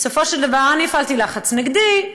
בסופו של דבר הפעלתי לחץ נגדי,